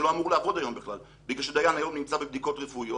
שלא אמור לעבוד היום בכלל בגלל שדיין היום נמצא בבדיקות רפואיות,